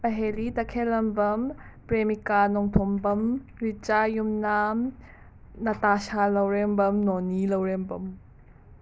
ꯑꯍꯦꯂꯤ ꯇꯈꯦꯜꯂꯝꯕꯝ ꯄ꯭ꯔꯦꯃꯤꯀꯥ ꯅꯣꯡꯊꯣꯝꯕꯝ ꯔꯤꯆꯥ ꯌꯨꯝꯅꯥꯝ ꯅꯇꯥꯁꯥ ꯂꯧꯔꯦꯝꯕꯝ ꯅꯣꯅꯤ ꯂꯧꯔꯦꯝꯕꯝ